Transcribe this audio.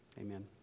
Amen